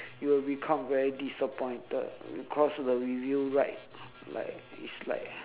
you will become very disappointed cause of the review write like it's like